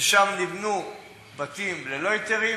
ששם נבנו בתים ללא היתרים,